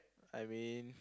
I mean